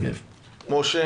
משה